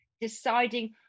deciding